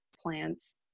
plants